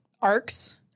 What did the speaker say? arcs